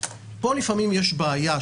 יש פה לפעמים בעיה.